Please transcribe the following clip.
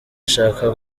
ashaka